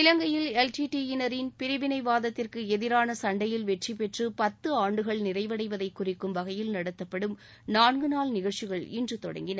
இலங்கையில் L T T E யினரின் பிரிவினை வாதத்திற்கு எதிரான சண்டையில் வெற்றி பெற்று பத்து ஆண்டுகள் நிறைவடைவதை குறிக்கும் வகையில் நடத்தப்படும் நான்கு நாள் நிகழ்ச்சிகள் இன்று தொடங்கின